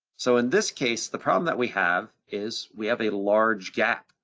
so in this case, the problem that we have is we have a large gap,